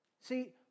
See